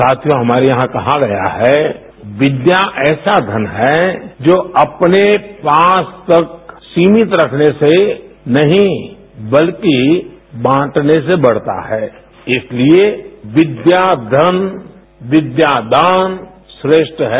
साथियों हमारे यहां कहा गया है विद्या ऐसा धन है जो अपने पास तक सीमित रखने से नहीं बल्कि बांटने से बढ़ता है इसलिए विद्या धन विद्या दान श्रेष्ठ है